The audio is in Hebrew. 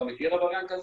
אתה מכיר עבריין כזה?